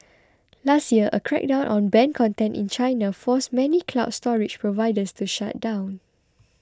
last year a crackdown on banned content in China forced many cloud storage providers to shut down